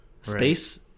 space